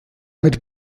mit